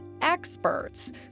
experts